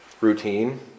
routine